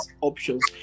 options